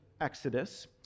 Exodus